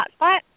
hotspot